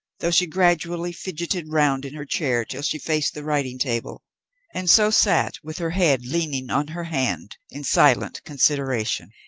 though she gradually fidgeted round in her chair till she faced the writing-table and so sat, with her head leaning on her hand, in silent consideration.